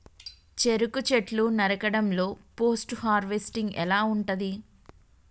చెరుకు చెట్లు నరకడం లో పోస్ట్ హార్వెస్టింగ్ ఎలా ఉంటది?